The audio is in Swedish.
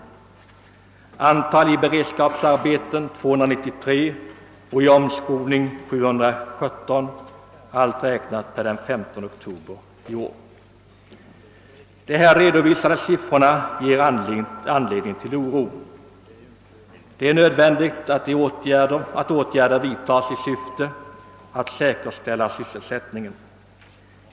Antalet arbetslösa var i beredskapsarbeten 293 och i omskolning 717, allt räknat per den 15 oktober i år. De här redovisade siffrorna ger anledning till oro. Det är nödvändigt att åtgärder vidtas i syfte att säkerställa sysselsättningen.